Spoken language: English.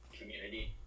community